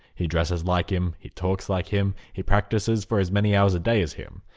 he dresses like him, he talks like him, he practices for as many hours a day as him.